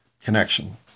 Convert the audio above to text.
connection